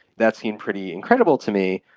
that seemed pretty incredible to me.